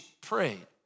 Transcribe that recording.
prayed